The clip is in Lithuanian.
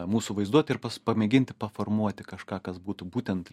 mūsų vaizduotę ir pas pamėginti paformuoti kažką kas būtų būtent